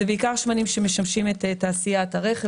אלה בעיקר שמנים שמשמשים את תעשיית הרכב